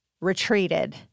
retreated